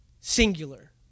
singular